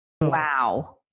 Wow